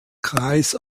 kreis